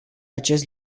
acest